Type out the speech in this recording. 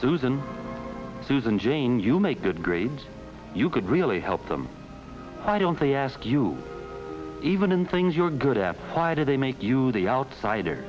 susan susan jane you make good grades you could really help them i don't think ask you even in things you're good at why do they make you the outsider